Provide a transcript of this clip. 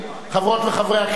חברות וחברי הכנסת,